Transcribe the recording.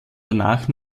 danach